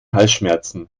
halsschmerzen